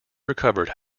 recovered